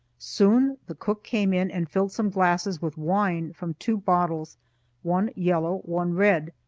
soon the cook came in and filled some glasses with wine from two bottles one yellow, one red.